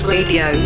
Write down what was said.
Radio